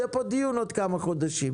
יהיה פה דיון עוד כמה חודשים.